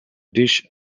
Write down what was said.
dish